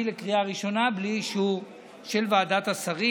לקריאה ראשונה בלי אישור של ועדת השרים.